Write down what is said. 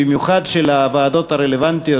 במיוחד של הוועדות הרלוונטיות,